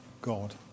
God